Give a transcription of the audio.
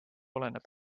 oleneb